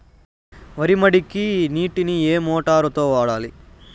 వరి మడికి నీటిని ఏ మోటారు తో వాడాలి?